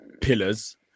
pillars